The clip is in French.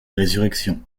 résurrection